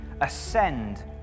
ascend